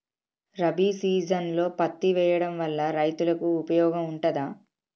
రబీ సీజన్లో పత్తి వేయడం వల్ల రైతులకు ఉపయోగం ఉంటదా?